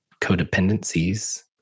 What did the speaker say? codependencies